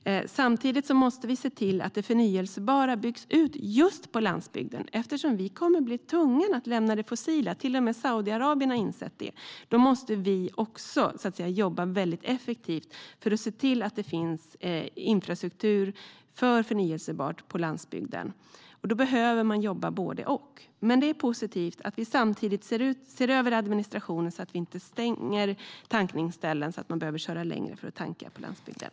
Samtidigt måste vi se till att det förnybara byggs ut just på landsbygden eftersom vi kommer att bli tvungna att lämna det fossila. Till och med Saudiarabien har insett det. Då måste vi också jobba effektivt för att se till att det finns infrastruktur för förnybart på landsbygden. Vi behöver jobba med både och. Men det är positivt att vi samtidigt ser över administrationen så att vi inte stänger tankningsställen och gör så att man behöver köra längre för att tanka på landsbygden.